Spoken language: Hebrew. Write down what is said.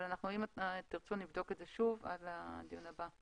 אם תרצו, נבדוק את זה שוב עד הדיון הבא.